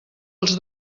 els